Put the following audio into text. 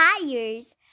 tires